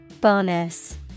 Bonus